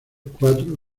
cuatro